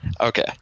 Okay